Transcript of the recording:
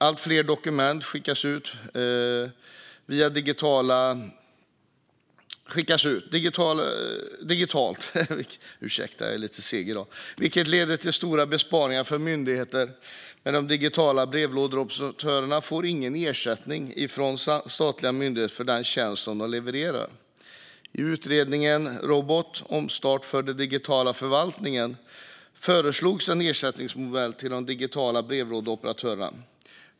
Allt fler dokument skickas ut digitalt, vilket leder till stora besparingar för myndigheterna. Men de digitala brevlådeoperatörerna får ingen ersättning från statliga myndigheter för den tjänst de levererar. I utredningen reboot - omstart för den digitala förvaltningen föreslogs en ersättningsmodell för de digitala brevlådeoperatörerna.